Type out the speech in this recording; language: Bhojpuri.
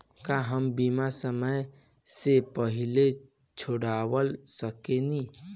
का हम बीमा समय से पहले छोड़वा सकेनी?